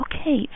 Okay